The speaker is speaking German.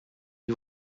die